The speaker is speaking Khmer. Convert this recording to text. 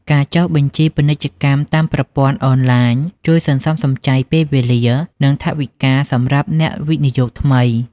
ការចុះបញ្ជីពាណិជ្ជកម្មតាមប្រព័ន្ធអនឡាញ ជួយសន្សំសំចៃពេលវេលា និងថវិកាសម្រាប់អ្នកវិនិយោគថ្មី។